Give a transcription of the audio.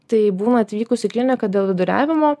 tai būna atvykus į kliniką dėl viduriavimo